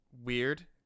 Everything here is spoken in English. weird